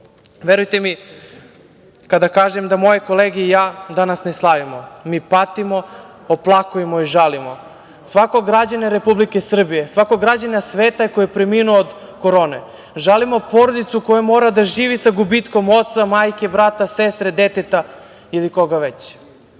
mi, kada kažem da moje kolege i ja danas ne slavimo, mi patimo, oplakujemo i žalimo svakog građanina Republike Srbije, svakog građanina sveta koji je preminuo od korone. Žalimo porodicu koja mora da živi sa gubitkom oca, majke, brata, sestre, deteta ili koga već.